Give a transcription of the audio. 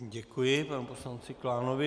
Děkuji panu poslanci Klánovi.